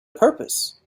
purpose